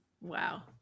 Wow